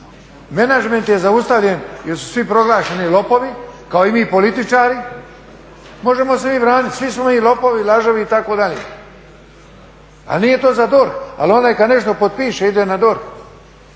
menadžment je zaustavljen jer su svi proglašeni lopovi, kao i mi političari, možemo se mi braniti, svi smo mi lopovi, lažovi, itd. Ali nije to za DORH, ali onaj kad nešto potpiše ide na DORH.